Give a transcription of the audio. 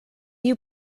you